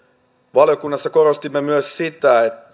valiokunnassa korostimme myös sitä että